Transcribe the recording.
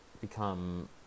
become